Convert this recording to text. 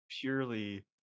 Purely